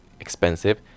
expensive